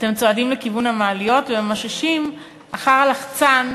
אתם צועדים לכיוון המעליות וממששים אחר הלחצן,